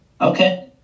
Okay